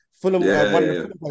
Fulham